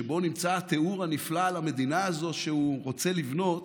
שבו נמצא התיאור הנפלא על המדינה הזאת שהוא רוצה לבנות,